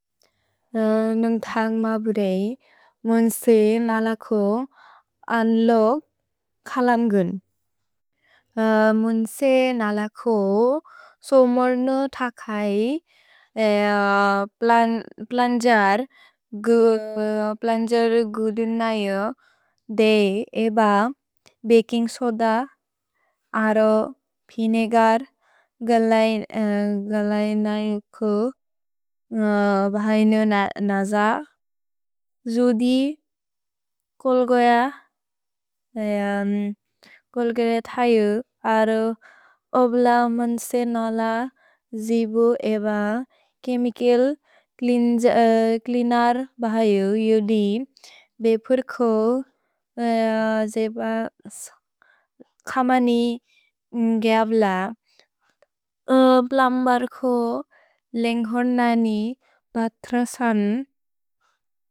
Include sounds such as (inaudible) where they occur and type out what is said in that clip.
नुन्ग् थग्म बुदेइ मुन्से नलको अन्लोग् खलन्गुन्। मुन्से नलको सोमोर्नो थकै प्लन्जर् गुदुन् नैओ दे एब बकिन्ग् सोद अरो बिनेगर् (hesitation) गलैनैको। भहैनु नज जुदि कोल् गोय थैउ अरो ओब्ल मुन्से नल जिबु एब छेमिचल् च्लेअनेर् बहैउ युदि। भेपुर् को जेब खमनि न्ग्यव्ल ओब्लम्बर् को लेन्घोन् ननि बत्र सन्।